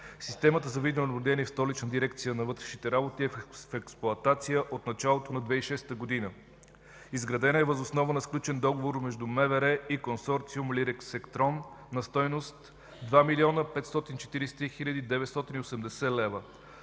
Системата за видеонаблюдение в Столична дирекция на вътрешните работи е в експлоатация от началото на 2006 г. Изградена е въз основа на сключен договор между МВР и Консорциум „Лирекс Сектрон” на стойност 2 млн. 543 хил. 980 лв.